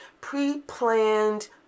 pre-planned